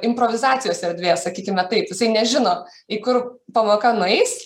improvizacijos erdvės sakykime taip jisai nežino į kur pavaka nueis